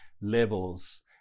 levels